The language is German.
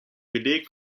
beleg